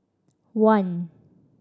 one